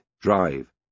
drive